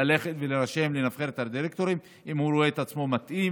ללכת ולהירשם לנבחרת הדירקטורים אם הוא רואה את עצמו מתאים,